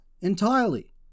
entirely